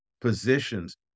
positions